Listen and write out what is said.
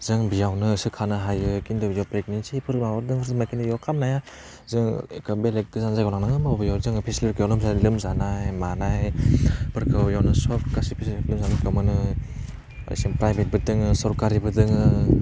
जों बियावनो सोखानो हायो खिन्थु बियाव प्रेगनेनसिफोर दोनफैबा बेखिनि बेयाव खालामनो हाया जोङो बेलेग गोजान जायगायाव लांनांगोन बेयाव जोङो फेसिलिटिया लोमजानाय मानायफोरखौ बेयावनो सब गासिबो मोजां रोखोम मोनो आरो प्राइभेटबो दङो सरकारिबो दङो